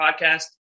podcast